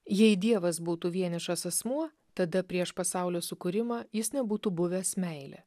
jei dievas būtų vienišas asmuo tada prieš pasaulio sukūrimą jis nebūtų buvęs meilė